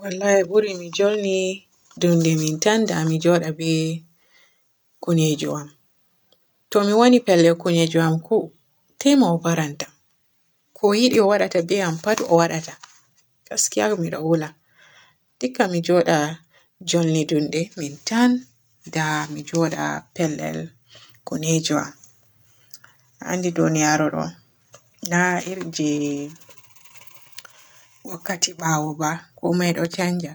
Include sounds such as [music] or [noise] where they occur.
Wallahi mi buri mi junni du de mintan da mi njooda be kunneju am. To mi wooni pellel kuneju am tema o barantam. Ko yiɗi o waadata be am pat o waadata. Gaskiya mi ɗo huula. Dikka mi njooda julli dunde mintan da mi da mi njooda pellel kuuneju am anndi duniyaru ɗo na irin je [hesitation] wakkati ɓaawo ba komay ɗo caanja.